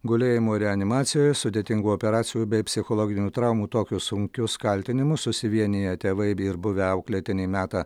gulėjimo reanimacijoje sudėtingų operacijų bei psichologinių traumų tokius sunkius kaltinimus susivieniję tėvai ir buvę auklėtiniai meta